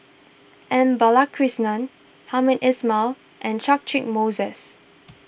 M Balakrishnan Hamed Ismail and Catchick Moses